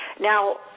Now